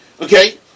Okay